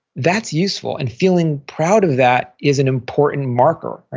that's useful and feeling proud of that is an important marker.